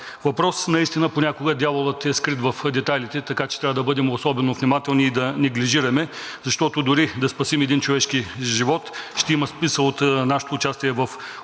въпрос. Наистина понякога дяволът е скрит в детайлите, така че трябва да бъдем особено внимателни и да не неглижираме, защото дори да спасим един човешки живот, ще има смисъл от нашето участие в управлението